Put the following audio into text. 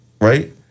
Right